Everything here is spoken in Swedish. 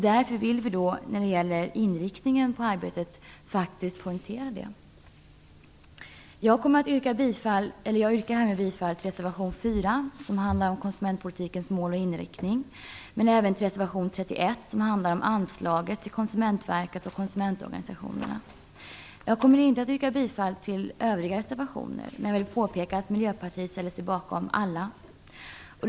Därför vill vi när det gäller inriktningen på arbetet poängtera detta. Jag yrkar härmed bifall till reservation 4 som handlar om konsumentpolitikens mål och inriktning och även till reservation 31 som handlar om anslaget till Konsumentverket och konsumentorganisationerna. Jag kommer inte att yrka bifall till övriga reservationer, men jag vill påpeka att Miljöpartiet ställer sig bakom alla reservationer.